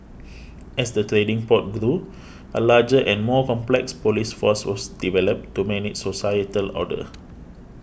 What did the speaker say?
as the trading port grew a larger and more complex police force was developed to manage societal order